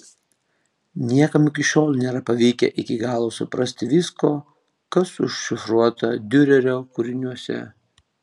niekam iki šiol nėra pavykę iki galo suprasti visko kas užšifruota diurerio kūriniuose